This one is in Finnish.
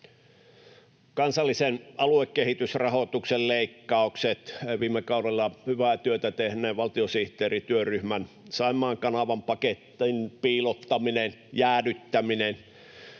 kansallisen aluekehitysrahoituksen leikkaukset viime kaudella, hyvää työtä tehneen valtiosihteerityöryhmän Saimaan kanavan paketin piilottaminen, jäädyttäminen,